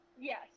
Yes